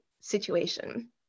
situation